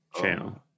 Channel